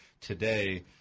today